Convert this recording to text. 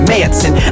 Manson